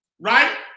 right